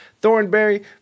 Thornberry